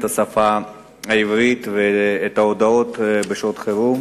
השפה העברית ואת ההודעות בשעת חירום,